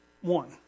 one